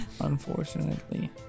Unfortunately